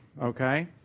okay